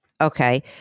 Okay